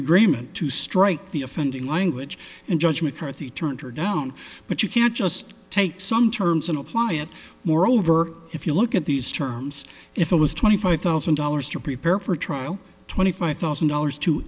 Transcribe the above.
agreement to strike the offending language and judge mccarthy turned her down but you can't just take some terms and apply it moreover if you look at these terms if it was twenty five thousand dollars to prepare for trial twenty five thousand dollars to